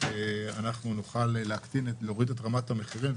נוכל להוריד את רמת המחירים.